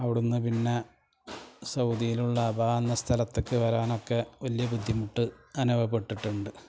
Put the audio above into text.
അവിടുന്നു പിന്നെ സൗദിയിലുള്ള അബാ എന്ന സ്ഥലത്തൊക്കെ വരാനൊക്കെ വലിയ ബുദ്ധിമുട്ട് അനുഭവപ്പെട്ടിട്ടുണ്ട്